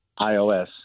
iOS